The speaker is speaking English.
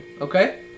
Okay